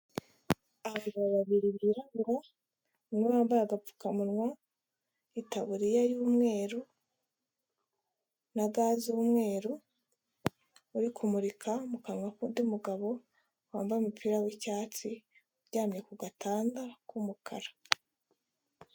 Abagabo babiri birabura, imwe wambaye agapfukamunwa, itaburiya y'umweru na gant z'umweru, uri kumurika mu kanwa k'undi mugabo wambaye umupira w'icyatsi uryamye ku gatanda k'umukara.